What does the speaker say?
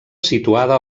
situada